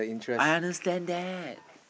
I understand that